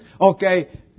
Okay